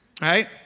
Right